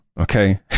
okay